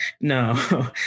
no